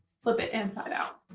flip it inside out.